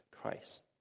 Christ